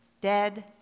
dead